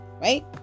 right